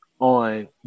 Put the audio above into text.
on